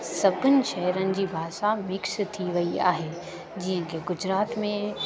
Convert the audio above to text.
सभिनी शहेरनि जी भाषा मिक्स थी वेई आहे जीअं की गुजरात में